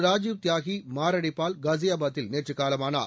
ராஜீவ் தியாகி மாரடைப்பால் காஸியாபாதில் நேற்று காலமானார்